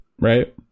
right